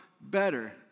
better